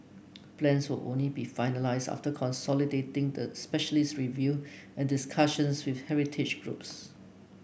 plans will only be finalised after consolidating the specialist review and discussions with heritage groups